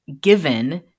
Given